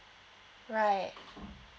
right